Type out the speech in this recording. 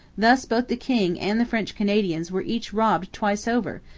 thus both the king and the french canadians were each robbed twice over,